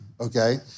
okay